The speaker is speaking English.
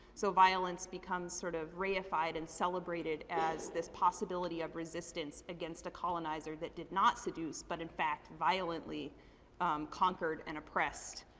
so, violence becomes sort of rarefied and celebrated as this possibility of resistance against a colonizer that did not seduce but in fact violently conquered and oppressed